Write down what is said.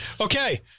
Okay